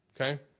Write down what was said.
Okay